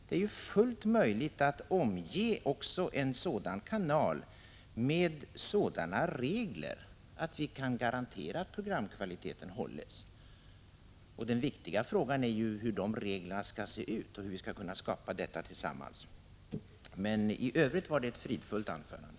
Det är ju fullt möjligt att omge också en sådan kanal med sådana regler att vi kan garantera att programkvaliteten hålls. Den viktiga frågan är hur de reglerna skall se ut och hur vi skall kunna skapa detta tillsammans. I övrigt var det ett fridfullt anförande.